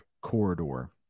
corridor